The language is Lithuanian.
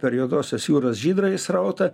per juodosios jūros žydrąjį srautą